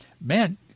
man